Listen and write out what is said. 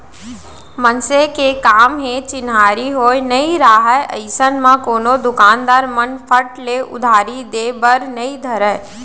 मनसे के काम के चिन्हारी होय नइ राहय अइसन म कोनो दुकानदार मन फट ले उधारी देय बर नइ धरय